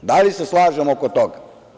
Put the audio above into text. Da li se slažemo oko toga?